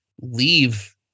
leave